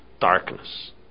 darkness